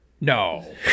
No